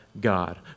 God